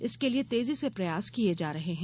इसके लिये तेजी से प्रयास किये जा रहे हैं